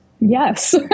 Yes